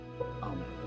Amen